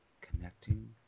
connecting